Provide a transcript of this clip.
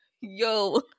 yo